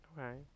Okay